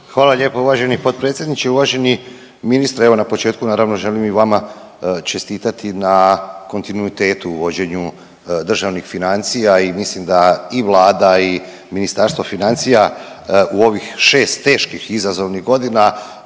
Hvala lijepo uvaženi potpredsjedniče. Uvaženi ministre evo na početku naravno želim i vama čestitati na kontinuitetu u vođenju državnih financija i mislim da i vlada i Ministarstvo financija u ovih 6 teških i izazovnih godina